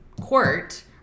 court